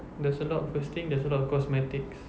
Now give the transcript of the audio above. there's a lot first thing there's a lot of cosmetics